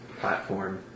platform